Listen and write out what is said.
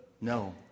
No